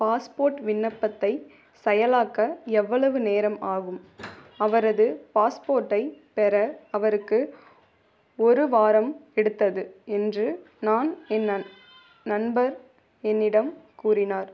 passport விண்ணப்பத்தை செயலாக்க எவ்வளவு நேரம் ஆகும் அவரது பாஸ்போர்ட்டைப் பெற அவருக்கு ஒரு வாரம் எடுத்தது என்று நான் என் நண் நண்பர் என்னிடம் கூறினார்